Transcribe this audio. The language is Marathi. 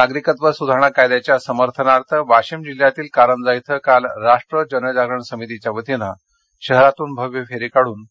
वाशीम नागरिकत्व सुधारणा कायद्याच्या समर्थनार्थ वाशिम जिल्ह्यातील कारंजा इथं काल राष्ट्र जनजागरण समितीच्या वतीनं शहरातून भव्य रॅली काढून